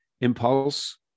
impulse